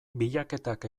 bilaketak